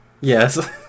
Yes